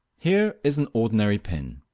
here is an ordinary pin.